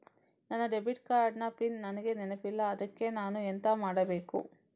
ನನ್ನ debit card ನ pin ನನಗೆ ನೆನಪಿಲ್ಲ ಅದ್ಕೆ ನಾನು ಎಂತ ಮಾಡಬೇಕು?